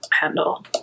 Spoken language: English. Handle